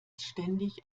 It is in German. ständig